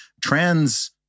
trans